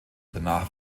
danach